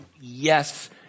Yes